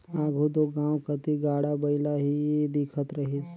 आघु दो गाँव कती गाड़ा बइला ही दिखत रहिस